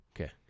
okay